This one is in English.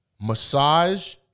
Massage